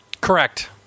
Correct